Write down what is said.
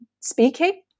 speaking